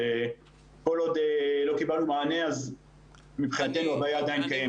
אבל כל עוד לא קיבלנו מענה מבחינתנו הבעיה עדיין קיימת.